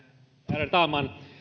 ärade talman